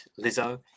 Lizzo